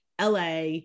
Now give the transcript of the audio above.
LA